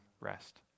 rest